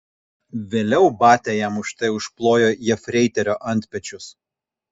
vėliau batia jam už tai užplojo jefreiterio antpečius